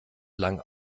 lang